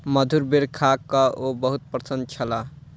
मधुर बेर खा कअ ओ बहुत प्रसन्न छलाह